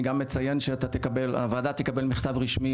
אני גם אציין שהוועדה תקבל מכתב רשמי